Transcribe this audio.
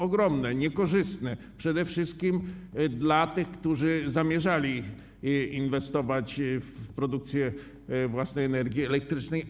Ogromne, niekorzystne - przede wszystkim dla tych, którzy zamierzali inwestować w produkcję własnej energii elektrycznej.